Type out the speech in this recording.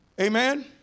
Amen